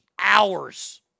hours